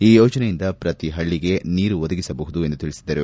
ಈ ಯೋಜನೆಯಿಂದ ಪ್ರತಿ ಹಳ್ಳಿಗೆ ನೀರು ಒದಗಿಸಬಹುದು ಎಂದು ತಿಳಿಸಿದರು